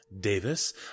Davis